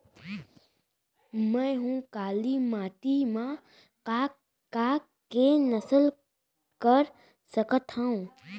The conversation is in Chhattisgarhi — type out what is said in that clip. मै ह काली माटी मा का का के फसल कर सकत हव?